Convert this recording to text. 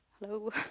hello